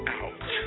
out